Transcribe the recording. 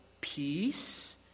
peace